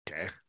Okay